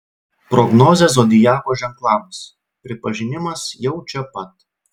prognozė zodiako ženklams pripažinimas jau čia pat